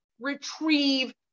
retrieve